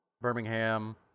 Birmingham